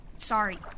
Sorry